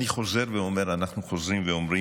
אדוני.